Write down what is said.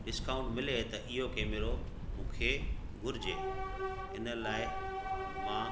discount मिले त इहो कैमरो मूंखे घुरिजे इन लाइ मां